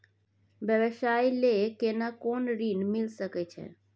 व्यवसाय ले केना कोन ऋन मिल सके छै?